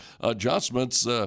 adjustments –